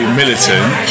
militant